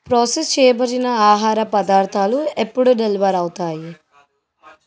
process చేయబడిన ఆహార పదార్ధాలు ఎప్పుడు డెలివర్ అవుతాయి